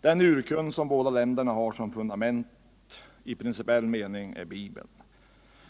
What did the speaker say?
Den urkund som båda länderna har som fundament i principiell mening är Bibeln.